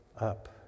up